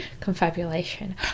confabulation